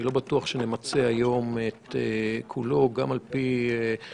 אני לא בטוח שנמצה היום את כולו גם על פי היקף